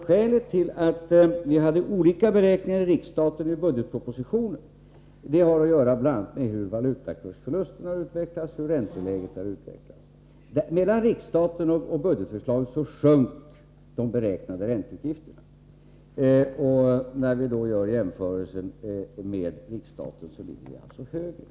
Skälet till att vi hade olika beräkningar i riksstaten och i budgetpropositionen har bl.a. att göra med hur valutakursförlusterna och ränteläget har utvecklats. Mellan riksdagens fastställande av riksstaten och budgetförslagets framläggande sjönk de beräknade ränteutgifterna. När vi då gör jämförelsen med riksstaten blir ränteutgifterna alltså högre.